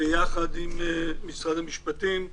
יחד עם משרד המשפטים.